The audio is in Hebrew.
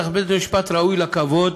אך בית-המשפט ראוי לכבוד